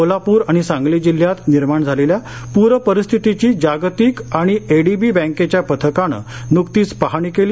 कोल्हापूर आणि सांगली जिल्ह्यात निर्माण झालेल्या पूरपरिस्थितीची जागतिक आणि एडीबी बँकेच्या पथकानं नुकतीच पाहणी केली